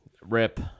rip